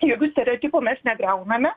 jokių stereotipų mes negriauname